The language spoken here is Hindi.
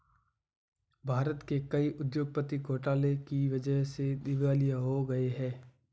भारत के कई उद्योगपति घोटाले की वजह से दिवालिया हो गए हैं